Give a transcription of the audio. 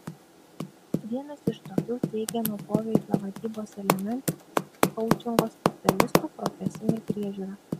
vienas iš tokių teigiamo poveikio vadybos elementų koučingo specialistų profesinė priežiūra